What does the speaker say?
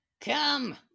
Come